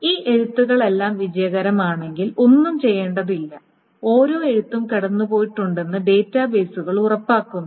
ഈ എഴുത്തുകൾ എല്ലാം വിജയകരമാണെങ്കിൽ ഒന്നും ചെയ്യേണ്ടതില്ല ഓരോ എഴുത്തും കടന്നുപോയിട്ടുണ്ടെന്ന് ഡാറ്റാബേസുകൾ ഉറപ്പാക്കുന്നു